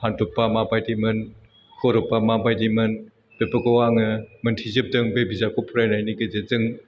फान्दबा मा बायदिमोन कौरबा मा बायदिमोन बेफोरखौ आङो मिथिजोबदों बे बिजाबखौ फरायनायनि गेजेरजों